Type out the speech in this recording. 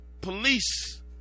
police